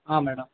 ಹಾಂ ಮೇಡಮ್